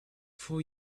for